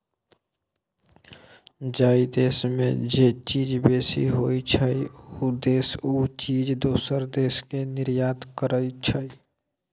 जइ देस में जे चीज बेसी होइ छइ, उ देस उ चीज दोसर देस के निर्यात करइ छइ